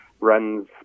runs